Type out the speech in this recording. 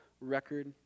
record